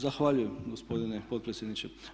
Zahvaljujem gospodine potpredsjedniče.